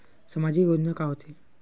सामाजिक योजना का होथे?